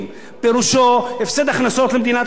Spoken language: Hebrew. פירושו הפסד הכנסות למדינת ישראל,